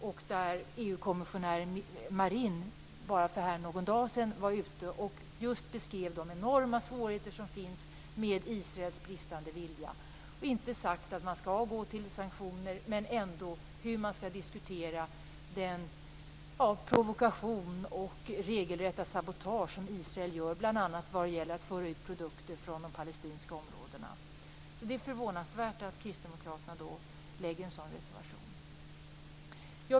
EU-kommissionären Marin beskrev bara för någon dag sedan de enorma svårigheter som finns med Israels bristande vilja. Jag har inte sagt att man skall ta till sanktioner. Men man bör diskutera den provokation och det regelrätta sabotage som Israel gör bl.a. vad gäller att föra ut produkter från de palestinska områdena. Det är förvånansvärt att Kristdemokraterna lägger fram en sådan reservation.